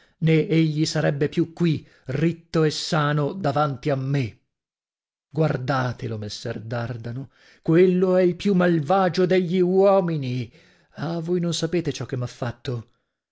nè egli sarebbe più qui ritto e sano davanti a me guardatelo messer dardano quello è il più malvagio degli uomini ah voi non sapete ciò che m'ha fatto